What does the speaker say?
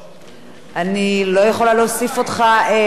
אני לא יכולה להוסיף אותך לתוצאות.